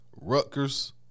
Rutgers